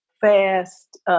fast